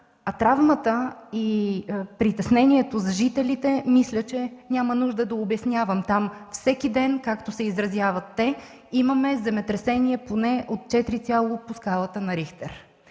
а травмата и притеснението за жителите, мисля, че няма нужда да я обяснявам. Там всеки ден, както се изразяват те: имаме земетресения поне от 4,00 по скалата на Рихтер.